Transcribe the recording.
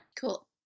Cool